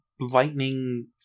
lightning